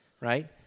right